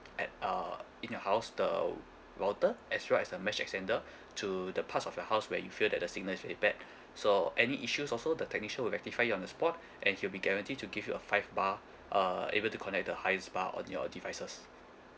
at uh in your house the router as well as the mesh extender to the parts of your house where you feel that the signal is very bad so any issues also the technician will rectify it on the spot and he'll be guarantee to give you a five bar uh able to connect the highest bar on your devices